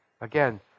Again